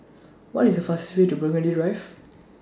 What IS The fast Way to Burgundy Drive